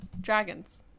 dragons